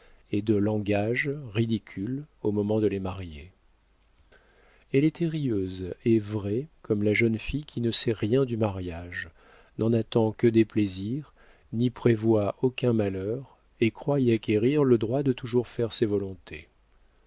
et de langage ridicules au moment de les marier elle était rieuse et vraie comme la jeune fille qui ne sait rien du mariage n'en attend que des plaisirs n'y prévoit aucun malheur et croit y acquérir le droit de toujours faire ses volontés